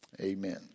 Amen